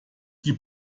die